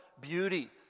beauty